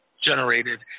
generated